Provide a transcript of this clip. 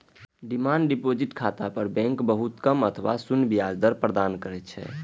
demand deposit खाता पर bank बहुत कम अथवा शून्य ब्याज दर प्रदान करै छै